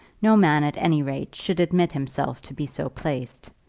no man, at any rate, should admit himself to be so placed.